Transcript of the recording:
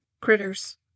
critters